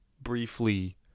briefly